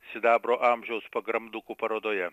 sidabro amžiaus pagrandukų parodoje